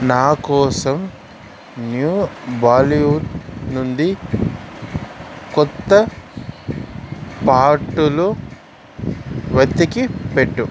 నా కోసం న్యూ బాలీవుడ్ నుండి కొత్త పాటలు వెతికిపెట్టు